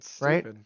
Right